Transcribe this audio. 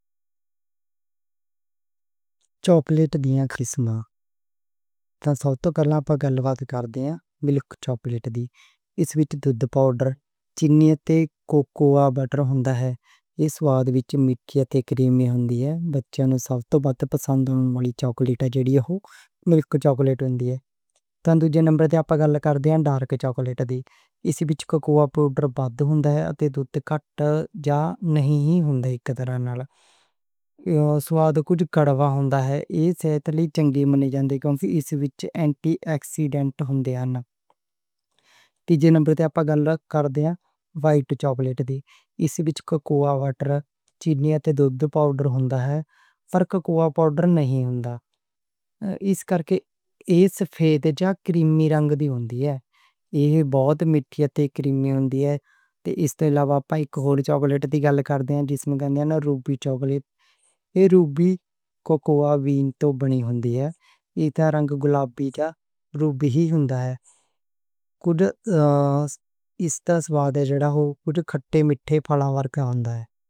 چاکلیٹ دیاں قسمیں تاں سب توں پہلا اپاں گَل بات کردیاں ملک چاکلیٹ دی۔ اس وِچ دودھ پاؤڈر، چینی تے کوکوآ بٹر ہندا ہے، اس دا سُواد وِچ مٹھیاں تے کریمی ہُندی ہے، بچے نوں بہت پسند ہون والی چاکلیٹ اوہ جےڑی ملک چاکلیٹ ہُندی ہے۔ تاں دُجے نمبر تے ڈارک چاکلیٹ ہُندی ہے، گل کردے ڈارک دی، اس وِچ کوکوآ پاؤڈر بہت ہندا ہے سُواد کچھ کڑوا ہندا ہے، ایہہ صحت لئی چنگی مَنی جاندی کیوں کہ اس وِچ اینٹی آکسیڈنٹس ہُندے نیں۔ تیجے نمبر تے اپاں گَل کردے وائٹ چاکلیٹ دی، اس وِچ کوکوآ بٹر، چینی تے دودھ پاؤڈر ہندا ہے پر کوکوآ پاؤڈر نہیں ہندا، اس کر کے ایہ سفید کریمی رنگ دی ہُندی ہے، ایہہ بہت مٹھیاں تے کریمی ہُندی ہے۔ تے اس توں علاوہ اپاں اک ہور چاکلیٹ دی گَل کردے ہاں جس نوں کہندے نیں روبی چاکلیٹ، ایہ روبی کوکوآ بینز توں بنی ہُندی ہے، ایہہ رنگ گلابی جیہا روبی ہی ہندا ہے، کچھ اس دا سُواد جےڑا اوہ کچھ کھٹے مِٹھے پھل والے ہوندا ہے۔